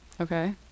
okay